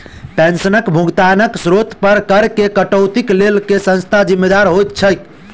पेंशनक भुगतानक स्त्रोत पर करऽ केँ कटौतीक लेल केँ संस्था जिम्मेदार होइत छैक?